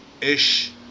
ish